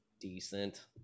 decent